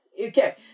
Okay